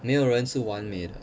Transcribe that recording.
没有人是完美的